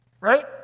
Right